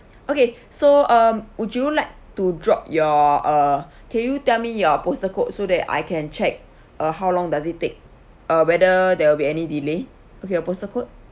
okay so um would you like to drop your uh can you tell me your postal code so that I can check uh how long does it take uh whether there will be any delay okay your postal code